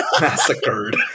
massacred